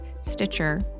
Stitcher